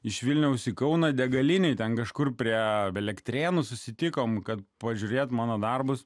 iš vilniaus į kauną degalinėje ten kažkur prie elektrėnų susitikome kad pažiūrėti mano darbus